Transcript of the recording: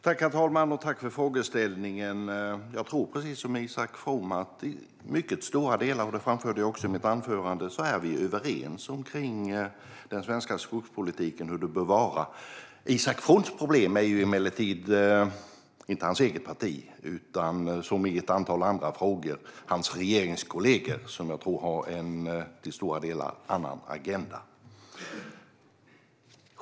Herr talman! Tack, Isak From, för frågeställningen! Jag tror precis som Isak From, och det framförde jag också i mitt anförande, att vi till mycket stora delar är överens om den svenska skogspolitiken och hur det bör vara. Isak Froms problem är emellertid inte hans eget parti utan, som i ett antal andra frågor, hans regeringskollegor, som jag tror har en till stora delar annan agenda.